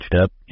up